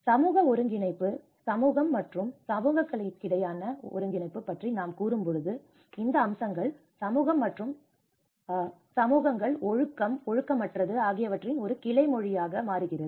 சமூக ஒருங்கிணைப்பு சமூகம் மற்றும் சமூகங்களுக்கிடையிலான ஒருங்கிணைப்பு பற்றி நாம் கூறும்போது இந்த அம்சங்கள் சமூகம் மற்றும் சமூகங்கள் ஒழுக்கம் ஒழுக்கமற்றது ஆகியவற்றின் ஒரு கிளைமொழி ஆக மாறுகிறது